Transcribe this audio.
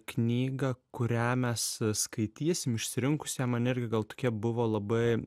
knygą kurią mes skaitysim išsirinkus ją man irgi gal tokie buvo labai